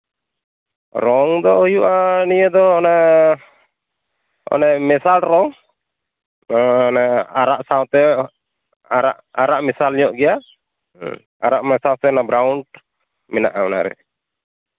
ᱨᱚᱝ ᱫᱚ ᱦᱩᱭᱩᱜᱼᱟ ᱱᱤᱭᱟᱹ ᱫᱚ ᱚᱱᱟ ᱚᱱᱮ ᱢᱮᱥᱟᱞ ᱨᱚᱝ ᱢᱟᱱᱮ ᱟᱨᱟᱜ ᱥᱟᱶᱛᱮ ᱟᱨᱟᱜ ᱟᱨᱟᱜ ᱢᱮᱥᱟᱞ ᱧᱚᱜ ᱜᱮᱭᱟ ᱟᱨᱟᱜ ᱢᱮᱥᱟ ᱥᱮ ᱚᱱᱟ ᱵᱨᱟᱩᱱᱰ ᱢᱮᱱᱟᱜᱼᱟ ᱚᱱᱟᱨᱮ